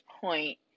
point